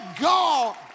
God